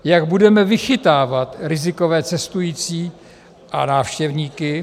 Jak budeme vychytávat rizikové cestující a návštěvníky?